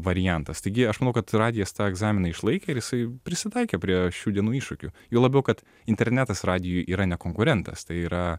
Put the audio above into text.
variantas taigi aš manau kad radijas tą egzaminą išlaikė ir jisai prisitaikė prie šių dienų iššūkių juo labiau kad internetas radijui yra ne konkurentas tai yra